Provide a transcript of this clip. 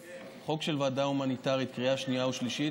יש חוק של ועדה הומניטרית בקריאה שנייה ושלישית